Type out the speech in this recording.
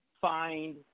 find